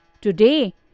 Today